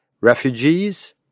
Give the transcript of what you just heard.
Refugees